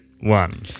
one